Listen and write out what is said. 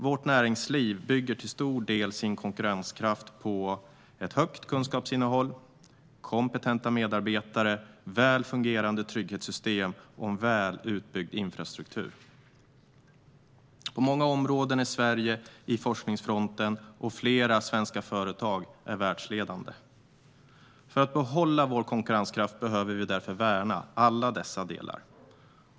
Vårt näringsliv bygger till stor del sin konkurrenskraft på ett högt kunskapsinnehåll, kompetenta medarbetare, väl fungerande trygghetssystem och en väl utbyggd infrastruktur. På många områden är Sverige i forskningsfronten, och flera svenska företag är världsledande. För att behålla vår konkurrenskraft behöver vi därför värna alla dessa delar.